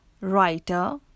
writer